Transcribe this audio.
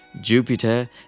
Jupiter